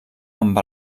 amb